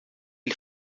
ele